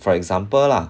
for example lah